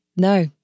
no